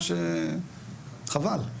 חבל.